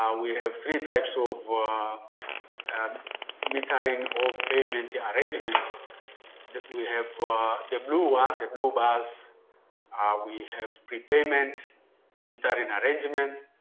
um we have three types of and metering or payment yeah arrangements that we have for the blue one, the blue bars are we have prepayment metering arrangement.